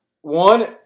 One